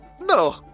No